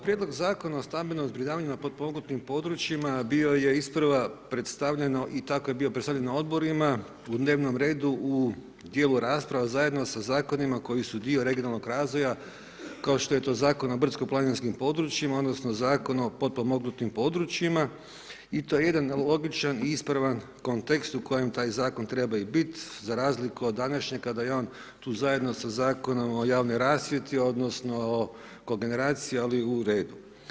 Prijedlog Zakona o stambenom zbrinjavanju na potpomognutim područjima bio je isprva predstavljeno i tako je bio predstavljen na odborima u dnevnom redu u dijelu rasprava zajedno sa zakonima koji su dio regionalnog razvoja kao što je to Zakon o brdsko-planinskim područjima odnosno Zakon o potpomognutim područjima i to je jedan logičan i ispravan kontekst u kojem taj zakon treba i bit za razliku od današnjeg kada je on tu zajedno sa Zakonom o javnoj rasvjeti odnosno o kogeneraciji, ali u redu.